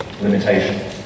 limitation